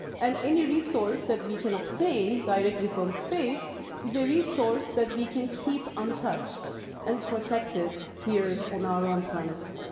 and any resource that we can obtain directly from space is a resource that we can keep untouched and protected here on our own planet.